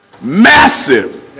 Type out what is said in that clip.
massive